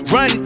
Run